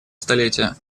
столетия